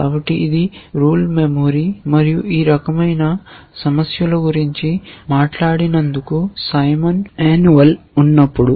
కాబట్టి ఇది rule memory మరియు ఈ రకమైన సమస్యల గురించి మాట్లాడినందుకు సైమన్ అనువల్ ఉన్నప్పుడు